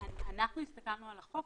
אנחנו הסתכלנו על החוק